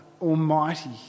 almighty